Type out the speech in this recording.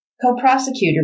Co-prosecutor